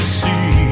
see